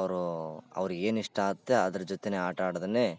ಅವ್ರು ಅವ್ರಿಗೆ ಏನು ಇಷ್ಟ ಆತ್ತೆ ಅದ್ರ ಜೊತೆಗೆ ಆಟ ಆಡೋದನ್ನೇ